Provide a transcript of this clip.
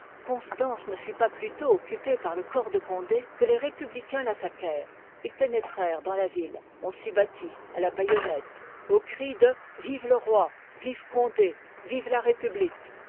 constance ne fut pas plus tôt occupé par le corps de condé que les républicains l'attaquèrent ils pénétrèrent dans la ville on s'y battit à la baïonnette aux cris de vive te roi vive condé l vivela république